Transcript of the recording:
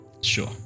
Sure